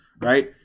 right